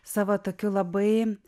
savo tokiu labai